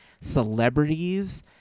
celebrities